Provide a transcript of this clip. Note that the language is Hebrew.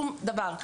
שום דבר.